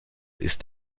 ist